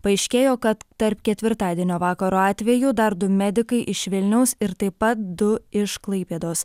paaiškėjo kad tarp ketvirtadienio vakaro atvejų dar du medikai iš vilniaus ir taip pat du iš klaipėdos